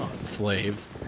slaves